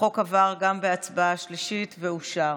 החוק עבר גם בקריאה שלישית ואושר.